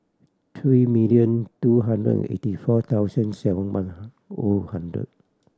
three million two hundred eighty four thousand seven one O hundred